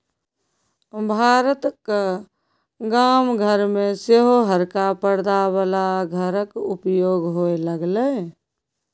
भारतक गाम घर मे सेहो हरका परदा बला घरक उपयोग होए लागलै